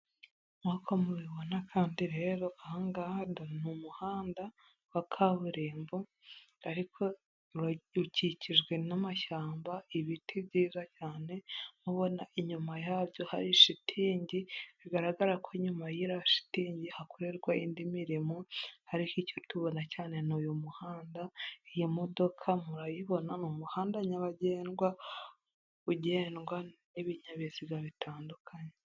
Nk'uko mubibona kandi rero aha ngaha dore ni umuhanda wa kaburimbo ariko ukikijwe n'amashyamba, ibiti byiza cyane, nubona inyuma yabyo hari shitingi bigaragara ko inyuma y'i yo shitingi hakorerwa indi mirimo. Ariko icyo tubona cyane n'uyu muhanda. Iyi modoka murayibona. Ni umuhanda nyabagendwa ugendwa n'ibinyabiziga bitandukanye.